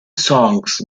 songs